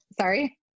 sorry